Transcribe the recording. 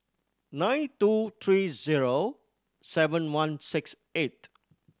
nine two three zero seven one six eight